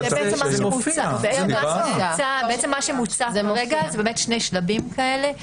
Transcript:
זה מה שמוצע כרגע, שני שלבים כאלה.